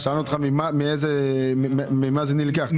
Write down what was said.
שאלנו אותך מאיפה זה נלקח.